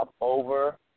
over